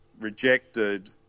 rejected